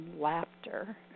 laughter